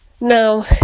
Now